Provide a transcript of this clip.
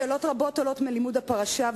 שאלות רבות עולות מלימוד הפרשה,